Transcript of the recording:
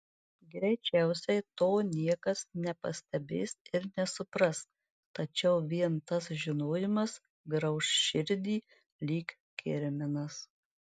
greičiausiai to niekas nepastebės ir nesupras tačiau vien tas žinojimas grauš širdį lyg kirminas